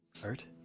hurt